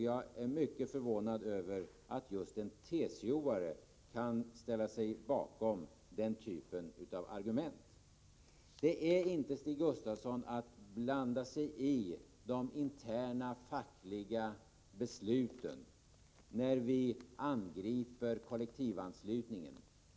Jag är mycket förvånad över att just en TCO-are kan ställa sig bakom den typen av argument. Det är inte, Stig Gustafsson, att blanda sig i de interna fackliga besluten när vi angriper kollektivanslutningen.